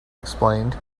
explained